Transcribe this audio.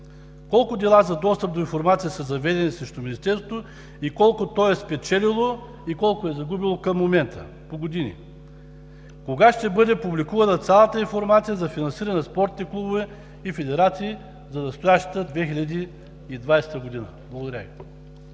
Колко дела за достъп до информация са заведени срещу Министерството, колко то е спечелило и колко е загубило към момента по години? Кога ще бъде публикувана цялата информация за финансиране на спортните клубове и федерациите за настоящата 2020 г.? Благодаря Ви.